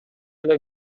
эле